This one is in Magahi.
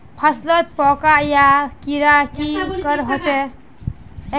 फसलोत पोका या कीड़ा की करे होचे?